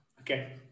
Okay